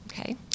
okay